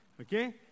okay